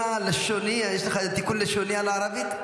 יש לך תיקון לשוני על הערבית?